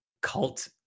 cult